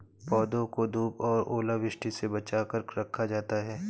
पौधों को धूप और ओलावृष्टि से बचा कर रखा जाता है